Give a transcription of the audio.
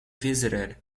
visited